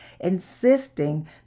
insisting